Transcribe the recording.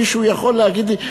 מישהו יכול להגיד לי,